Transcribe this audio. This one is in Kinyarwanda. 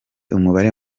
umubare